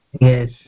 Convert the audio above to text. Yes